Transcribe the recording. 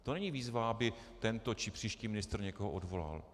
To není výzva, aby tento či příští ministr někoho odvolal.